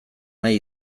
nahi